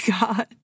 god